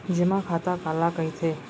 जेमा खाता काला कहिथे?